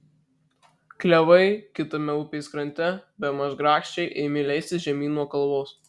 klevai kitame upės krante bemaž grakščiai ėmė leistis žemyn nuo kalvos